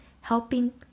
helping